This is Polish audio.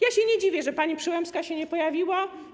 Ja się nie dziwię, że pani Przyłębska się nie pojawiła.